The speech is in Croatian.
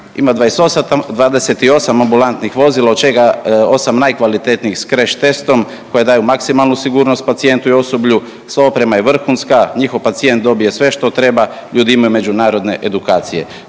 ima 28 ambulantnih vozila od čega osam najkvalitetnijih s crash testom koja daju maksimalnu sigurnost pacijentu i osoblju, sva oprema je vrhunska, njihov pacijent dobije sve što treba, ljudi imaju međunarodne edukacije.